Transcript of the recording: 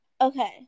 Okay